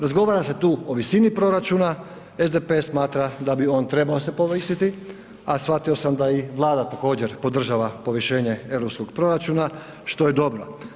Razgovara se tu o visini proračuna, SDP smatra da bi se on trebao povisiti, a shvatio sam da i Vlada također podržava povišenje europskog proračuna, što je dobro.